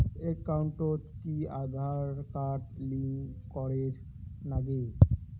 একাউন্টত কি Aadhaar card link করের নাগে?